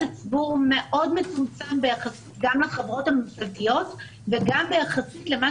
הציבור הוא מאוד מצומצם ביחס גם לחברות הממשלתיות וגם ביחס למה